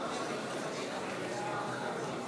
אני קובע כי מליאת הכנסת לא קיבלה את הצעת האי-אמון.